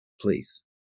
Please